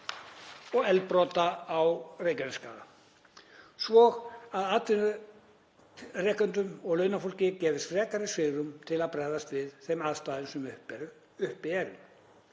og eldsumbrota á Reykjanesskaga svo að atvinnurekendum og launafólki gefist frekara svigrúm til að bregðast við þeim aðstæðum sem uppi eru.